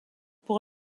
pour